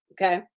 Okay